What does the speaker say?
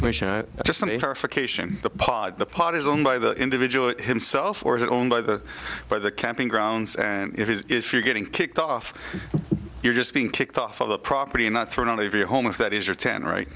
cation pod the pot is owned by the individual himself or is it owned by the by the camping grounds if you're getting kicked off you're just being kicked off the property and not thrown out of your home if that is your ten right